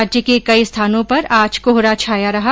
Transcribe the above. राज्य के कई स्थानों पर आज कोहरा छाया रहा